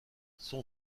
son